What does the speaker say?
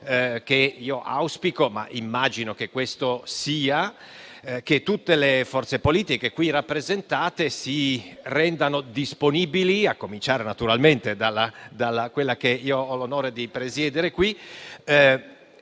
Auspico - immaginando che questo sia - che tutte le forze politiche qui rappresentate si rendano disponibili, a cominciare naturalmente da quella che io ho l'onore di presiedere qui,